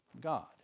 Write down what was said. God